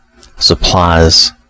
supplies